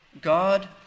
God